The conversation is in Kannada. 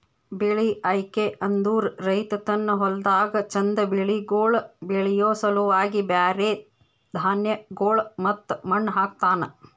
ಬೆಳಿ ಆಯ್ಕೆ ಅಂದುರ್ ರೈತ ತನ್ನ ಹೊಲ್ದಾಗ್ ಚಂದ್ ಬೆಳಿಗೊಳ್ ಬೆಳಿಯೋ ಸಲುವಾಗಿ ಬ್ಯಾರೆ ಧಾನ್ಯಗೊಳ್ ಮತ್ತ ಮಣ್ಣ ಹಾಕ್ತನ್